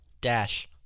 dash